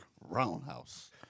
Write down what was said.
Roundhouse